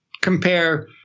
compare